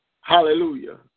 Hallelujah